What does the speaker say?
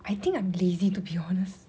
I think I'm lazy to be honest